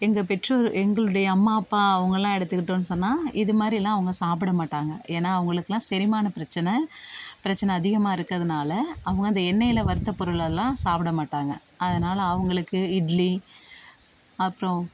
எங்கள் பெற்றோர் எங்களுடைய அம்மா அப்பா அவங்கள்லாம் எடுத்துக்கிட்டோன்னு சொன்னா இது மாதிரி எல்லாம் அவங்க சாப்பிட மாட்டாங்க ஏன்னா அவங்களுக்குலாம் செரிமான பிரச்சனை பிரச்சனை அதிகமாக இருக்கிறதுனால அவங்க அந்த எண்ணெயில் வறுத்த பொருள் எல்லாம் சாப்பிட மாட்டாங்க அதனால் அவங்களுக்கு இட்லி அப்புறோம்